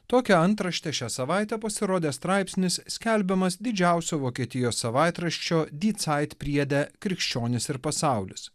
tokia antrašte šią savaitę pasirodė straipsnis skelbiamas didžiausio vokietijos savaitraščio dyd sait priede krikščionis ir pasaulis